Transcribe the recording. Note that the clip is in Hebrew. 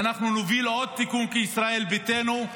ואנחנו נוביל עוד תיקון כישראל ביתנו,